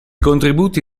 contributi